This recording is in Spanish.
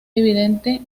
evidente